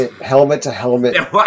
helmet-to-helmet